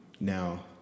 Now